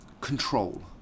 Control